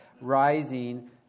rising